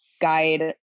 guide